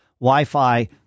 Wi-Fi